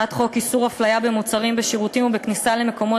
זו ועדה שהממונה